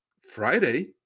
Friday